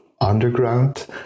underground